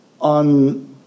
on